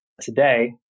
today